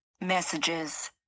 Messages